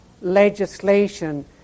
legislation